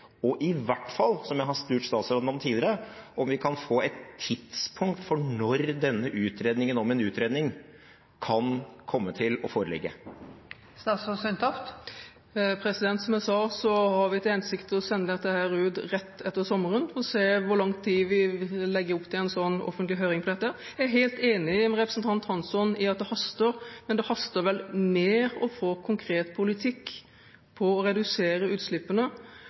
Og, som jeg har spurt statsråden om tidligere, kan vi i hvert fall få et tidspunkt for når denne utredningen om en utredning kan komme til å foreligge? Som jeg sa, har vi til hensikt å sende dette ut rett etter sommeren, og se hvor lang tid vi legger opp til med tanke på en offentlig høring om dette. Jeg er helt enig med representanten Hansson i at det haster, men det haster vel mer å få konkret politikk for å redusere utslippene.